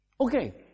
Okay